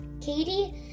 Katie